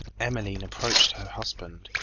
emmeline approached her husband.